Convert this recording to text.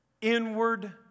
inward